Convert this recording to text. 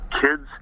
kids